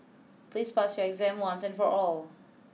please pass your exam once and for all